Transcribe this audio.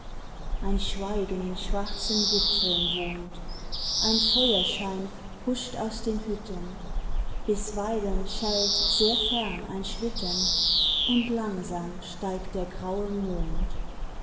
ein schweigen in schwarzen wipfeln wohnt ein feuerschein huscht aus den hütten bisweilen schellt sehr fern ein schlitten und langsam steigt der graue mond